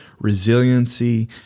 resiliency